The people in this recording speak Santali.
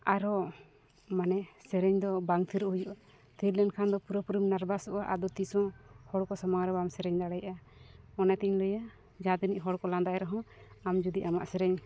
ᱟᱨᱦᱚᱸ ᱢᱟᱱᱮ ᱥᱮᱨᱮᱧ ᱫᱚ ᱵᱟᱝ ᱛᱷᱤᱨᱚᱜ ᱦᱩᱭᱩᱜᱼᱟ ᱛᱷᱤᱨ ᱞᱮᱱᱠᱷᱟᱱ ᱫᱚ ᱯᱩᱨᱟᱹᱯᱩᱨᱤᱢ ᱱᱟᱨᱵᱷᱟᱥᱚᱜᱼᱟ ᱟᱨ ᱟᱫᱚ ᱛᱤᱥᱦᱚᱸ ᱦᱚᱲ ᱠᱚ ᱥᱟᱢᱟᱝᱨᱮ ᱵᱟᱢ ᱥᱮᱨᱮᱧ ᱫᱟᱲᱮᱭᱟᱜᱼᱟ ᱚᱱᱟᱛᱤᱧ ᱞᱟᱹᱭᱟ ᱡᱟᱦᱟᱸ ᱛᱤᱱᱟᱹᱜ ᱦᱚᱲᱠᱚ ᱞᱟᱸᱫᱟᱭ ᱨᱮᱦᱚᱸ ᱟᱢ ᱡᱩᱫᱤ ᱟᱢᱟᱜ ᱥᱮᱨᱮᱧ